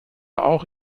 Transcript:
auch